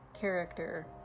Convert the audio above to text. character